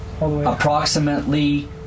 approximately